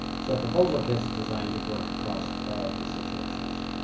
so proposal kit designed to work across all these situations.